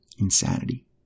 insanity